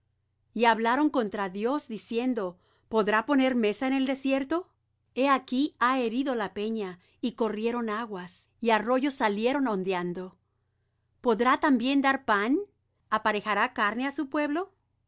y hablaron contra dios diciendo podrá poner mesa en el desierto he aquí ha herido la peña y corrieron aguas y arroyos salieron ondeando podrá también dar pan aparejará carne á su pueblo